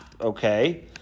Okay